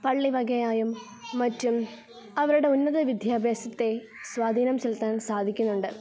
പള്ളി വകയായും മറ്റും അവരുടെ ഉന്നത വിദ്യാഭ്യാസത്തെ സ്വാധീനം ചെലുത്താൻ സാധിക്കുന്നുണ്ട്